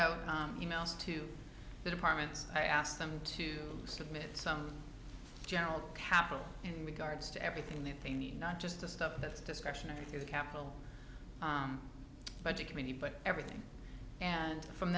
out e mails to the departments i asked them to submit some general capital in regards to everything that they need not just the stuff that's discretionary through the capital budget committee but everything and from